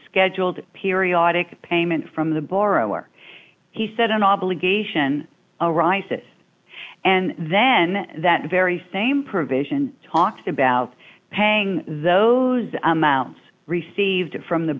scheduled periodic payment from the borrower he said an obligation a rice it and then that very same provision talked about paying those amounts received from the